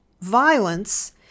violence